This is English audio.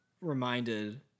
reminded